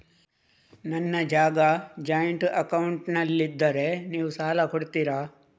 ನನ್ನ ಜಾಗ ಜಾಯಿಂಟ್ ಅಕೌಂಟ್ನಲ್ಲಿದ್ದರೆ ನೀವು ಸಾಲ ಕೊಡ್ತೀರಾ?